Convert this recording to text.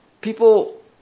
people